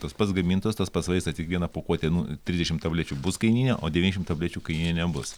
tas pats gamintojas tas pats vaistą tik viena pokuotė nu trisdešim tablečių bus kainyne o devyniašim tablečių kainyne nebus